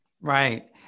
right